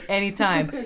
anytime